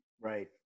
Right